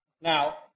Now